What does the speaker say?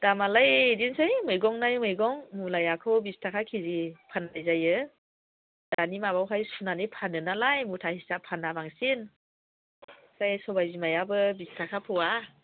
दामआलाय बिदिनोसै मैगं नायै मैगं मुलाखौ बिस थाखा के जि फाननाय जायो दानि माबायावहाय सुनानै फानो नालाय मुथा हिसाब फानब्ला बांसिन ओमफ्राय सबाय बिमायाबो बिस थाखा पवा